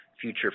future